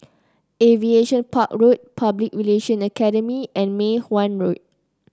Aviation Park Road Public Relation Academy and Mei Hwan Road